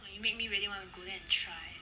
!wah! you make me really want to go there and try